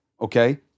Okay